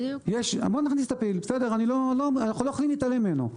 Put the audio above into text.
אנחנו לא יכולים להתעלם ממנו.